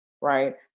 right